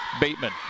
Bateman